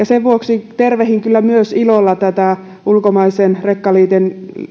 sen vuoksi tervehdin kyllä ilolla myös tätä ulkomaisen rekkaliikenteen